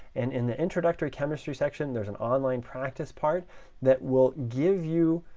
and in the introductory chemistry section, there's an online practice part that will give you